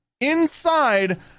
inside